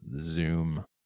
Zoom